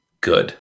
good